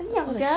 很痒 sia